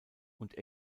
und